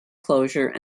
closure